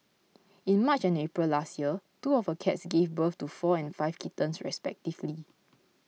in March and April last year two of her cats gave birth to four and five kittens respectively